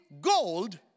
gold